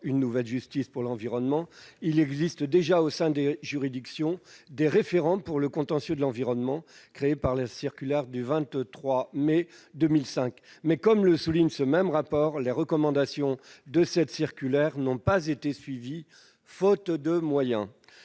« Une Justice pour l'environnement », il existe déjà, au sein des juridictions, des référents pour le contentieux de l'environnement, créés par la circulaire du 23 mai 2005. Cependant, comme le souligne ce même rapport, les recommandations de cette circulaire n'ont pas été suivies, faute de moyens